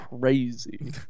crazy